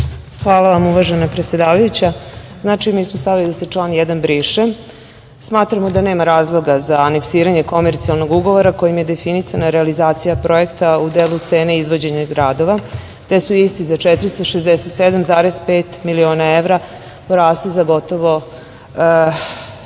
Hvala vam, uvažena predsedavajuća. Mi smo stavili da se član 1. briše. Smatramo da nema razloga za aneksiranje komercijalnog ugovora kojim je definisana realizacija projekta u delu cene izvođenja radova, te su iste za 467,5 miliona evra porasle za gotovo